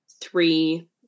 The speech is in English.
three